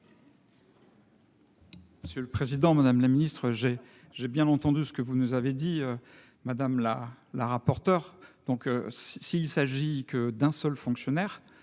Monsieur le Président Madame la Ministre j'ai j'ai bien entendu ce que vous nous avez dit madame la la rapporteure donc. Si il s'agit que d'un seul fonctionnaire